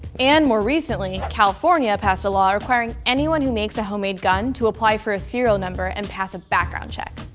and more recently, california passed a law requiring anyone who makes a homemade gun to apply for a serial number and pass a background check.